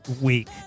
Week